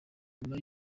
nyuma